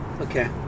Okay